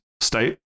state